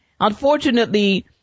Unfortunately